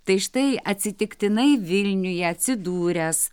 tai štai atsitiktinai vilniuje atsidūręs